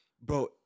bro